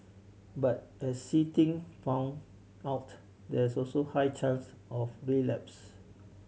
but as See Ting found out there is also a high chance of relapse